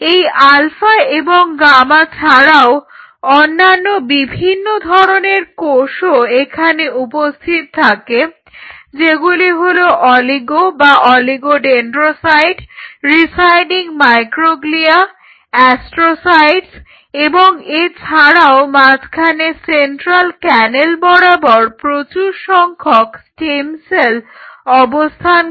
এই আলফা এবং গামা ছাড়াও অন্যান্য বিভিন্ন ধরনের কোষও এখানে উপস্থিত থাকে যেগুলি হলো অলিগো বা oligodendrocyte residing microglia astrocytes এবং এছাড়াও মাঝখানে সেন্ট্রাল ক্যানাল বরাবর প্রচুর সংখ্যক স্টেম সেল অবস্থান করে